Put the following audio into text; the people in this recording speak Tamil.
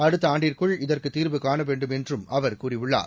அடுத்தஆண்டுக்குள் இதற்குத் தீர்வு காணவேண்டும் என்றுஅவர் கூறியுள்ளார்